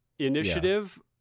Initiative